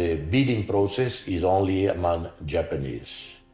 the bidding process is only among japanese.